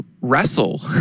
wrestle